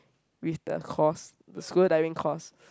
with the course the scuba diving course